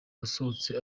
wasohotse